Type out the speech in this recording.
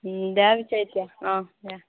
দে পিছে এতিয়া অ' দিয়া